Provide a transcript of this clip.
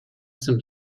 some